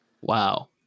Wow